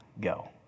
go